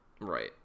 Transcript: Right